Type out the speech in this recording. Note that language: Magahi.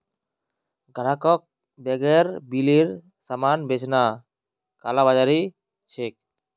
ग्राहकक बेगैर बिलेर सामान बेचना कालाबाज़ारी छिके